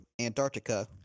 Antarctica